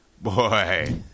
boy